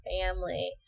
family